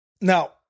now